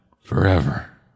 forever